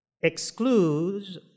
excludes